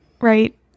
Right